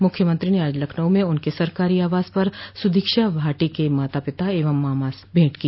मुख्यमंत्री से आज लखनऊ में उनके सरकारी आवास पर सुदीक्षा भाटी के माता पिता एवं मामा ने भेंट की